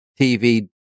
TV